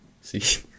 See